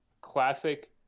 classic